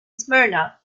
smyrna